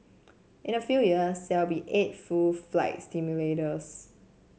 in a few years there will be eight full flight simulators